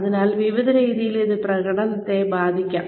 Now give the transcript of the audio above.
അതിനാൽ വിവിധ രീതിയിൽ ഇത് പ്രകടനത്തെ ബാധിക്കാം